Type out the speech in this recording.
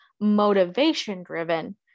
motivation-driven